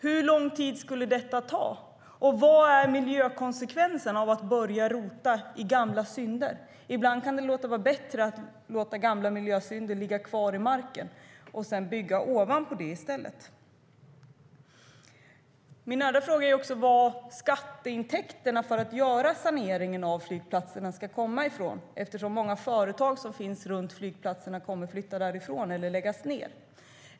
Hur lång tid skulle det ta, och vad är miljökonsekvensen av att börja rota i gamla synder? Ibland kan det vara bättre att låta gamla miljösynder ligga kvar i marken och sedan bygga ovanpå i stället. Min andra fråga är med vilka skatteintäkter saneringen av flygplatserna ska göras, eftersom många företag som finns runt flygplatserna kommer att flytta därifrån eller läggas ned.